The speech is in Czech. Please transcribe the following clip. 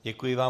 Děkuji vám.